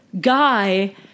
Guy